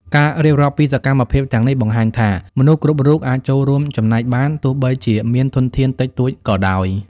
ការរៀបរាប់ពីសកម្មភាពទាំងនេះបង្ហាញថាមនុស្សគ្រប់រូបអាចចូលរួមចំណែកបាន ទោះបីជាមានធនធានតិចតួចក៏ដោយ។